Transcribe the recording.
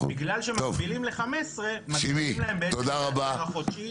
בגלל שמגבילים ל-15 מגדילים להם בעצם את ההחזר החודשי וזה משמעותי.